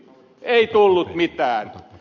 ei tullut mitään